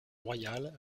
royal